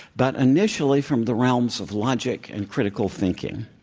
but initially from the realms of logic and critical thinking.